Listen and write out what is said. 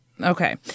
Okay